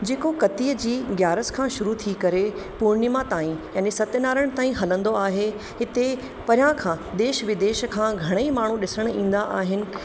जेको कतीअ जी ग्यारस खां शुरू थी करे पूर्णिमा ताईं याने सतनारायण ताईं हलंदो आहे हिते परियां खां देश विदेश खां घणेई माण्हू ॾिसणु ईंदा आहिनि